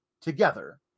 together